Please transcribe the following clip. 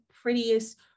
prettiest